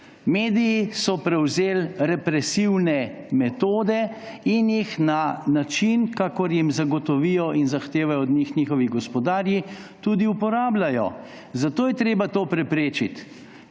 Mediji so prevzeli represivne metode in jih na način, kakor jim zagotovijo in zahtevajo od njihovi gospodarji, tudi uporabljajo. Zato je treba to preprečiti;